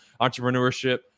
entrepreneurship